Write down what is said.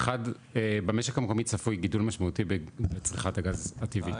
אחד במשק המקומי צפוי גידול משמעותי בצריכת הגז הטבעית.